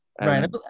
Right